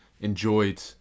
enjoyed